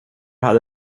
hade